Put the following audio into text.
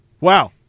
Wow